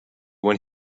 when